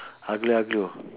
aglio-olio